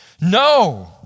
No